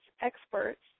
experts